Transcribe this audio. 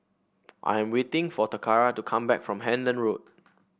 I am waiting for Toccara to come back from Hendon Road